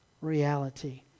reality